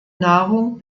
nahrung